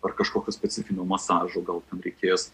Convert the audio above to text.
ar kažkokio specifinio masažo gal ten reikės